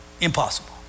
impossible